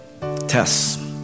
Tests